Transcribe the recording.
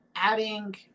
adding